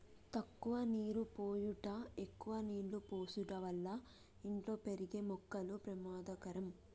తక్కువ నీరు పోయుట ఎక్కువ నీళ్ళు పోసుట వల్ల ఇంట్లో పెరిగే మొక్కకు పెమాదకరం